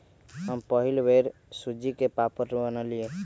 हम पहिल बेर सूज्ज़ी के पापड़ बनलियइ